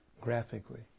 graphically